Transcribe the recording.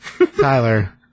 Tyler